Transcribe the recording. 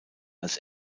als